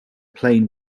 plain